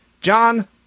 John